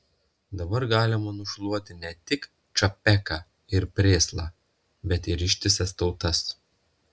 dabar galima nušluoti ne tik čapeką ir prėslą bet ir ištisas tautas